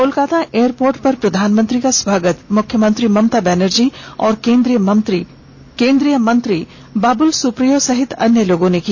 Kolkata airport पर प्रधानमंत्री का स्वागत मुख्यमंत्री ममता बनर्जी और केंद्रीय मंत्री बाबूल सुप्रीयो सहित अन्य लोगों ने किया